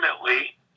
ultimately